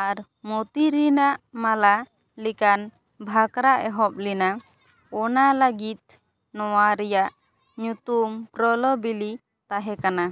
ᱟᱨ ᱢᱳᱛᱤ ᱨᱮᱱᱟᱜ ᱢᱟᱞᱟ ᱞᱮᱠᱟᱱ ᱵᱷᱟᱠᱨᱟ ᱮᱦᱚᱵ ᱞᱮᱱᱟ ᱚᱱᱟ ᱞᱟᱹᱜᱤᱫ ᱱᱚᱣᱟ ᱨᱮᱭᱟᱜ ᱧᱩᱛᱩᱢ ᱯᱨᱚᱞᱚ ᱵᱮᱞᱤ ᱛᱟᱦᱮᱸ ᱠᱟᱱᱟ